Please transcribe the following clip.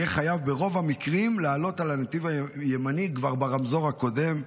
יהיה חייב ברוב המקרים לעלות על הנתיב הימני כבר ברמזור הקודם.